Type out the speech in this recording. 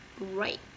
Right